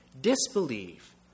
disbelieve